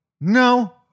no